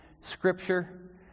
Scripture